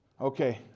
okay